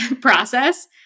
process